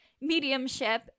mediumship